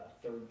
third